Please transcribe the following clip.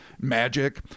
magic